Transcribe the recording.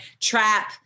trap